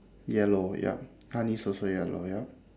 yellow yup honey is also yellow yup